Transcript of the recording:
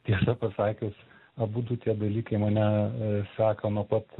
tiesą pasakius abudu tie dalykai mane seka nuo pat